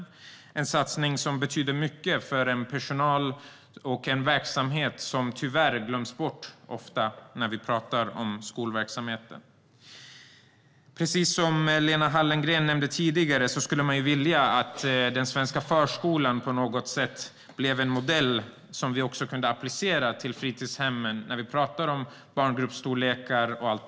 Det är en satsning som betyder mycket för en verksamhet och personal som tyvärr ofta glöms bort när vi talar om skolverksamhet. Precis som Lena Hallengren nämnde tidigare skulle man vilja att den svenska förskolan blev en modell som vi kan applicera på fritidshemmen när vi pratar om barngruppsstorlekar och sådant.